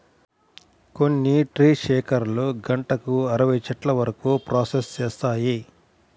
కొన్ని ట్రీ షేకర్లు గంటకు అరవై చెట్ల వరకు ప్రాసెస్ చేస్తాయి